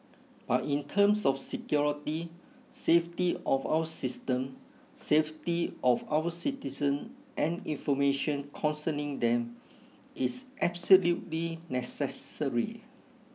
but in terms of security safety of our system safety of our citizen and information concerning them it's absolutely necessary